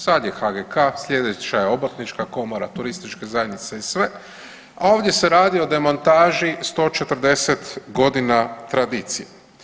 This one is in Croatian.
Sad je HGK slijedeća je Obrtnička komora, turističke zajednice i sve, a ovdje se radi o demontaži 140 godina tradicije.